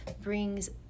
brings